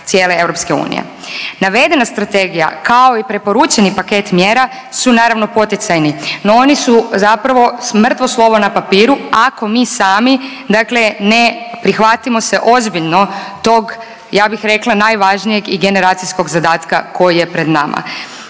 cijele EU. Navedena strategija, kao i preporučeni paket mjera su naravno, poticajni, no oni su zapravo mrtvo slovo na papiru, ako mi sami, dakle ne prihvatimo se ozbiljno tog, ja bih rekla, najvažnijeg i generacijskog zadatka koji je pred nama,